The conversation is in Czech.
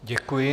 Děkuji.